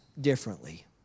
differently